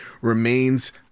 remains